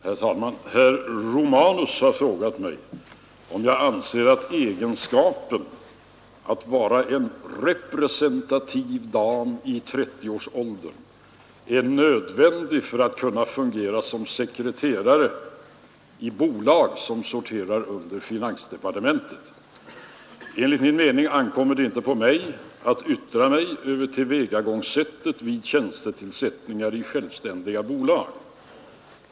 Herr talman! Herr Romanus har frågat mig om jag anser att egenskapen att vara en ”representativ dam i 30-årsåldern” är nödvändig för att kunna fungera som sekreterare i bolag som sorterar under finansdepartementet. Enligt min mening ankommer det inte på mig att yttra mig över tillvägagångssättet vid tjänstetillsättningar i självständiga bolag.